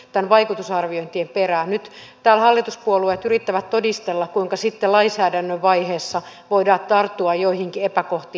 nyt täällä hallituspuolueet yrittävät todistella kuinka sitten lainsäädännön vaiheessa voidaan tarttua joihinkin epäkohtiin